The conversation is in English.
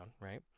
right